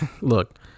look